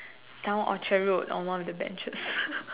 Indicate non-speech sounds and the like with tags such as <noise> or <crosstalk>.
down Orchard road on one of the benches <laughs>